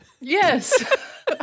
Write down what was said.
Yes